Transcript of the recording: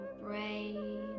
brain